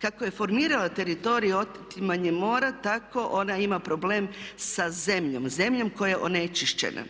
Kako je formirala teritorij otimanjem mora tako ona ima problem sa zemljom, zemljom koja je onečišćena.